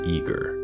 Eager